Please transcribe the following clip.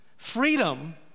Freedom